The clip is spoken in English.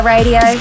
Radio